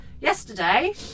Yesterday